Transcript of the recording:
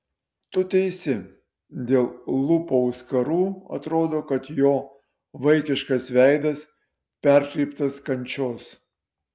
tu teisi dėl lūpų auskarų atrodo kad jo vaikiškas veidas perkreiptas kančios